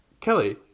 Kelly